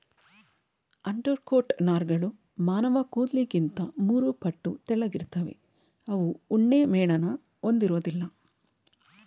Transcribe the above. undercoat ನಾರ್ಗಳು ಮಾನವಕೂದ್ಲಿಗಿಂತ ಮೂರುಪಟ್ಟು ತೆಳ್ಳಗಿರ್ತವೆ ಅವು ಉಣ್ಣೆಮೇಣನ ಹೊಂದಿರೋದಿಲ್ಲ